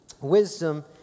wisdom